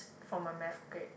for my math grade